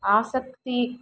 ಆಸಕ್ತಿ